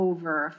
Over